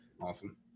awesome